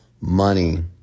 money